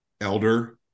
elder